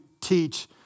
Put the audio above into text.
teach